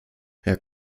herr